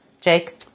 Jake